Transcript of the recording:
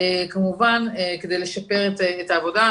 כמובן, כדי לשפר את העבודה.